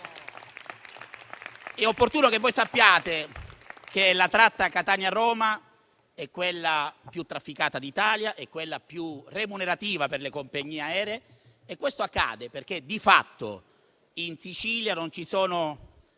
È opportuno che sappiate che la tratta Catania-Roma, la più trafficata d'Italia, è quella più remunerativa per le compagnie aeree e questo accade perché di fatto in Sicilia non ci sono